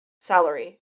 salary